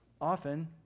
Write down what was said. often